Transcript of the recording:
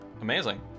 Amazing